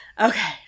Okay